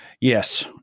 Yes